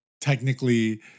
technically